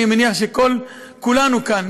אני מניח שכולנו כאן,